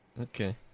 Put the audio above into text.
Okay